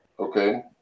okay